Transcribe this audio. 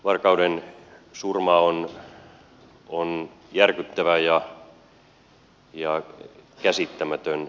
varkauden surma on järkyttävä ja käsittämätön